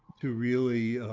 to really,